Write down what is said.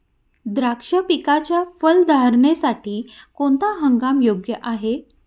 द्राक्ष पिकाच्या फलधारणेसाठी कोणता हंगाम योग्य असतो?